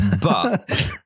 but-